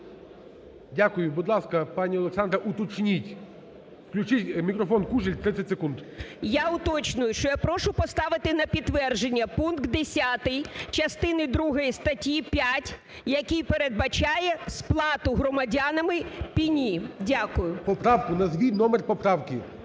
Дякую. Будь ласка, пані Олександра, уточніть. Включіть мікрофон Кужель, 30 секунд. 13:26:21 КУЖЕЛЬ О.В. Я уточнюю, що я прошу поставити на підтвердження пункт 10 частини другої статті 5, який передбачає сплату громадянами пені. Дякую. ГОЛОВУЮЧИЙ. Поправку, назвіть номер поправки.